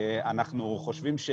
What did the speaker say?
אנחנו חושבים,